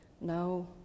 No